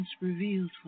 revealed